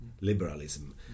liberalism